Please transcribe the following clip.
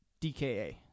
DKA